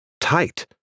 tight